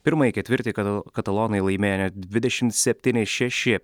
pirmąjį ketvirtį kata katalonai laimėjo net dvidešimt septyni šeši